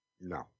No